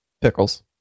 Pickles